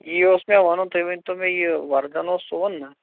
یی اوس مےٚ وَنُن تُہۍ ؤنۍتَو مےٚ یہِ وَرٕدن اوس سُووُن نا